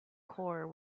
core